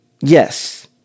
Yes